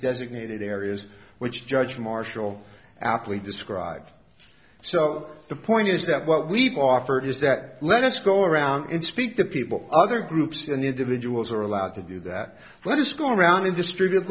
designated areas which judge marshall aptly described so the point is that what we've offered is that let us go around and speak to people other groups and individuals are allowed to do that let us go around and distribute